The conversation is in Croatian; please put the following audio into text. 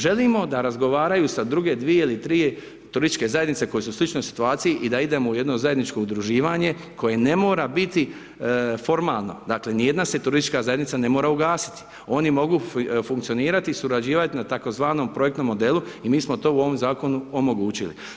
Želimo da razgovaraju sa druge 2 ili 3 turističke zajednice koje su u sličnoj situaciji, i da idemo u jedno zajedničko udruživanje koje ne mora biti formalno, dakle, ni jedna se turistička zajednica ne mora ugasiti, oni mogu funkcionirati i surađivati na tzv. projektnom modelu i mi smo to u ovom zakonu omogućili.